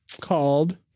called